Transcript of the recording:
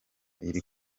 iri